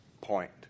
point